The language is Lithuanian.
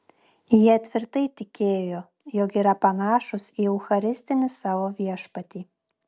jie tvirtai tikėjo jog yra panašūs į eucharistinį savo viešpatį